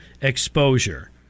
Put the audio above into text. exposure